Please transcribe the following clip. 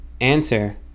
answer